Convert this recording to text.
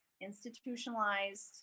institutionalized